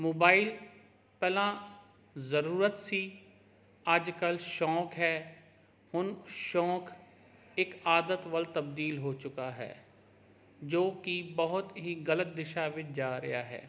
mobile ਪਹਿਲਾਂ ਜ਼ਰੂਰਤ ਸੀ ਅੱਜ ਕੱਲ੍ਹ ਸ਼ੌਂਕ ਹੈ ਹੁਣ ਸ਼ੌਂਕ ਇੱਕ ਆਦਤ ਵੱਲ ਤਬਦੀਲ ਹੋ ਚੁੱਕਾ ਹੈ ਜੋ ਕਿ ਬਹੁਤ ਹੀ ਗਲਤ ਦਿਸ਼ਾ ਵਿੱਚ ਜਾ ਰਿਹਾ ਹੈ